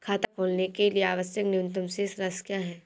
खाता खोलने के लिए आवश्यक न्यूनतम शेष राशि क्या है?